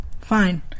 Fine